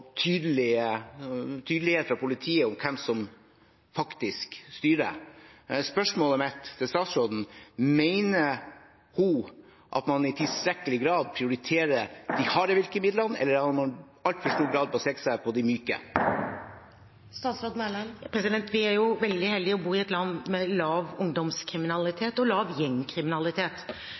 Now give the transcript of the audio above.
Spørsmålet til statsråden er: Mener hun at man i tilstrekkelig grad prioriterer de harde virkemidlene, eller har man i altfor stor grad basert seg på de myke? Vi er veldig heldige som bor i et land med lite ungdomskriminalitet og lite gjengkriminalitet,